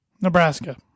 Nebraska